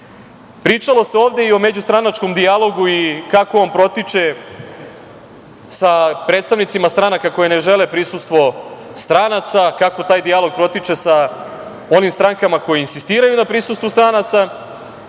se ovde i o međustranačkom dijalogu i kako on protiče sa predstavnicima stranaka koje ne žele prisustvo stranaca, kako taj dijalog protiče sa onim strankama koje insistiraju na prisustvu stranaca,